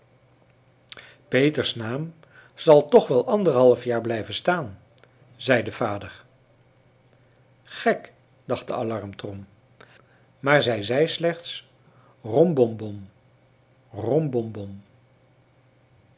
peters naam zal toch wel anderhalf jaar blijven staan zei de vader gek dacht de alarmtrom maar zij zei slechts